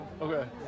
Okay